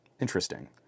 interesting